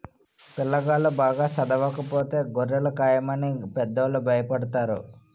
పిల్లాగాళ్ళు బాగా చదవకపోతే గొర్రెలు కాయమని పెద్దోళ్ళు భయపెడతారు